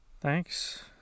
thanks